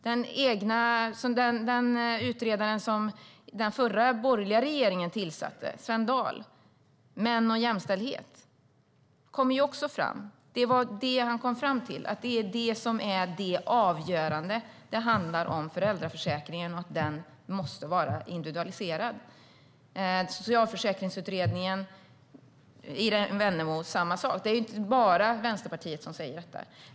Den utredare som den förra borgerliga regeringen tillsatte, Svend Dahl, kom i Män och jämställdhet fram till att det är avgörande. Det handlar om föräldraförsäkringen och att den måste vara individualiserad. Irene Wennemo sa samma sak i Socialförsäkringsutredningen. Det är inte bara Vänsterpartiet som säger detta.